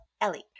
Ellie